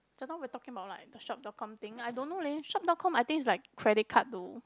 just now we're talking about like the shop dot com thing I don't know leh shop dot com I think is like credit card though